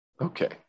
okay